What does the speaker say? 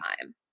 time